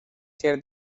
ser